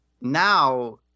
now